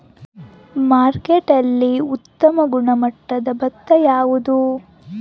ಮಾರುಕಟ್ಟೆಯಲ್ಲಿ ಉತ್ತಮ ಗುಣಮಟ್ಟದ ಭತ್ತ ಯಾವುದು?